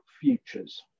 futures